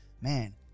man